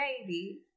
baby